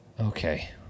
Okay